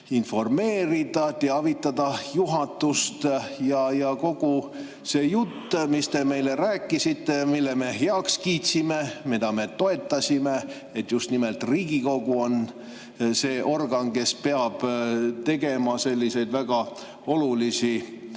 informeerida, teavitada juhatust. Kogu see jutt, mis te meile rääkisite, mille me heaks kiitsime ja mida me toetasime, et just nimelt Riigikogu on see organ, kes peab tegema selliseid väga olulisi